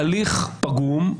ההליך פגום,